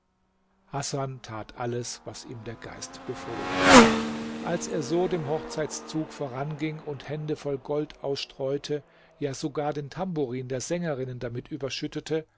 hasan tat alles was ihm der geist befohlen als er so dem hochzeitszug voranging und hände voll gold ausstreute ja sogar den tamburin der sängerinnen damit überschüttete